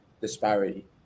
disparity